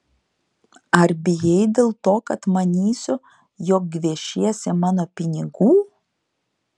ar bijai dėl to kad manysiu jog gviešiesi mano pinigų